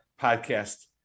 podcast